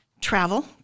travel